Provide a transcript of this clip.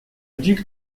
duc